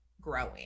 growing